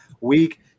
week